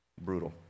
Brutal